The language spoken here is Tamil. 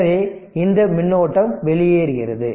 எனவே இந்த மின்னோட்டம் வெளியேறுகிறது